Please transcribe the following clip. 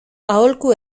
aholku